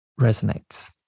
resonates